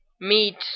meet